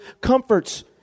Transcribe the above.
comforts